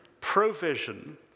provision